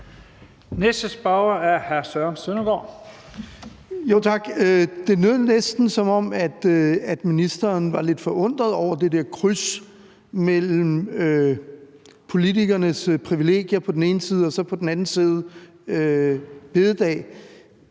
Det lød næsten, som om ministeren var lidt forundret over det der kryds mellem politikernes privilegier på den ene side og så store bededag